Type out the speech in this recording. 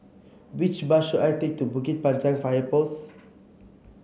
which bus should I take to Bukit Panjang Fire Post